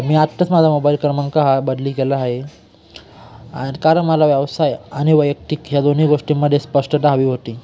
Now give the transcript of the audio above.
मी आत्ताच माझा मोबाईल क्रमांक हा बदली केला आहे आणि कारण मला व्यवसाय आणि वैयक्तिक ह्या दोन्ही गोष्टींमध्ये स्पष्टता हवी होती